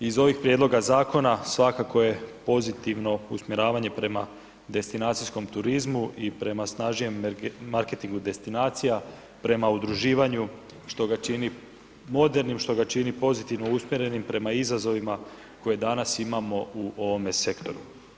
Iz ovih prijedloga zakona svakako je pozitivno usmjeravanje prema destinacijskom turizmu i prema snažnijem marketingu destinacija, prema udruživanju što ga čini modernim, što ga čini pozivnom usmjerenim prema izazovima koje danas imamo u ovome sektoru.